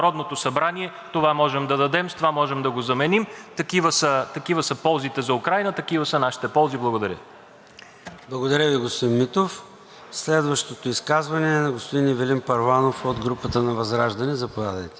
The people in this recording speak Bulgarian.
Благодаря Ви, господин Митов. Следващото изказване е на господин Ивелин Първанов от групата ВЪЗРАЖДАНЕ. Заповядайте.